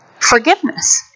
Forgiveness